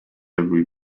every